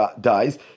dies